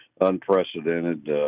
unprecedented